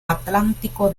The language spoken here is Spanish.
atlántico